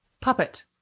Puppet